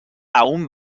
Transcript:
aún